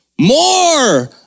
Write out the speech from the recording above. More